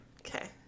Okay